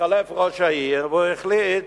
התחלף ראש העיר, והוא החליט